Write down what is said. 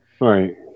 right